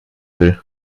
will